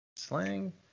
Slang